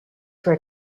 were